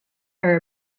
are